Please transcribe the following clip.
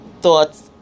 thoughts